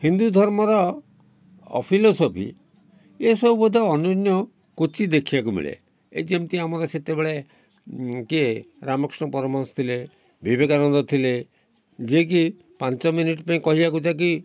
ହିନ୍ଦୁ ଧର୍ମର ଫିଲୋସଫି ଏସବୁ ବୋଧେ ଅନନ୍ୟ କୋଚିତ୍ ଦେଖିବାକୁ ମିଳେ ଏହି ଯେମିତି ଆମର ସେତେବେଳେ କିଏ ରାମକୃଷ୍ଣ ପରମହଂସ ଥିଲେ ବିବେକାନନ୍ଦ ଥିଲେ ଯିଏ କି ପାଞ୍ଚ ମିନିଟ୍ ପାଇଁ କହିବାକୁ ଯାଇକି